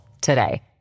today